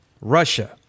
Russia